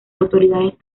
autoridades